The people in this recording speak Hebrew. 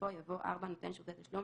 בסופו יבוא: "(4)נותן שירותי תשלום